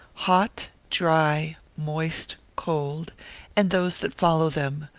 hot, dry, moist, cold and those that follow them,